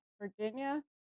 Virginia